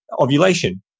ovulation